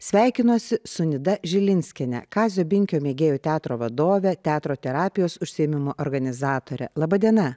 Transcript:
sveikinosi su nida žilinskiene kazio binkio mėgėjų teatro vadovė teatro terapijos užsiėmimų organizatore laba diena